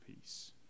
peace